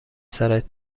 سرت